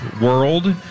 world